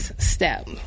step